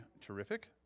terrific